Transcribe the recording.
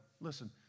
Listen